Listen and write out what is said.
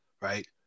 Right